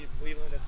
cleveland